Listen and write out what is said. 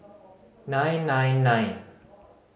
nine nine nine